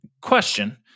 question